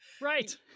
right